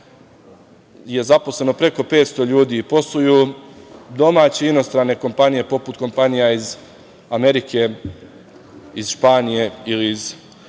je zaposleno preko 500 ljudi, posluju domaće inostrane kompanije poput kompanija iz Amerike, iz Španije ili iz